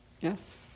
Yes